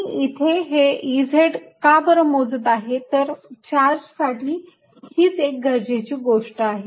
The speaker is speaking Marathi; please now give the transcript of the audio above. मी इथे हे Ez का बरं मोजत आहे तर चार्ज साठी हीच एक गरजेची गोष्ट आहे